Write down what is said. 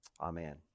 Amen